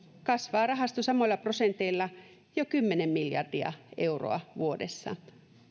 kasvaa rahasto samoilla prosenteilla jo kymmenen miljardia euroa vuodessa